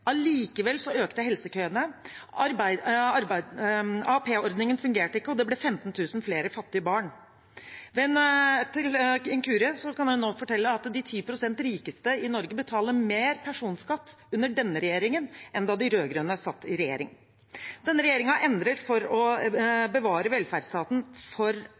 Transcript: Allikevel økte helsekøene, AAP-ordningen fungerte ikke, og det ble 15 000 flere fattige barn. Jeg kan nå fortelle at de 10 pst. rikeste i Norge betaler mer personskatt under denne regjeringen enn da de rød-grønne satt i regjering. Denne regjeringen endrer for å bevare velferdsstaten for